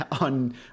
on